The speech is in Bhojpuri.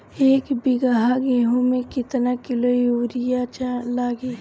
एक बीगहा गेहूं में केतना किलो युरिया लागी?